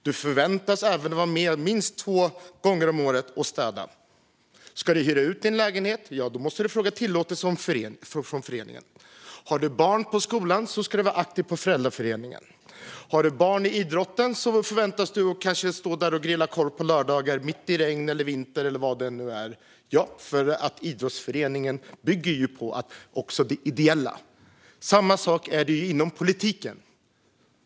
Du förväntas även vara med minst två gånger om året och städa. Ska du hyra ut din lägenhet måste du fråga om tillåtelse från föreningen. Har du barn i skolan ska du vara aktiv i föräldraföreningen. Har du barn som idrottar förväntas du kanske stå och grilla korv på lördagar mitt i regnet, vintern eller vad det nu är, för idrottsföreningen bygger ju på det ideella. Samma sak är det inom politiken.